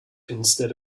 instead